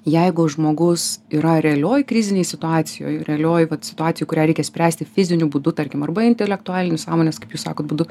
jeigu žmogus yra realioj krizinėj situacijoj realioj vat situacijoj kurią reikia spręsti fiziniu būdu tarkim arba intelektualiniu sąmonės kaip jūs sakot būdu